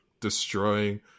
destroying